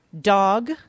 Dog